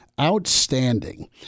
outstanding